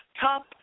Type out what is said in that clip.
top